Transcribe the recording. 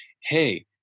hey